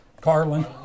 Carlin